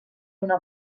una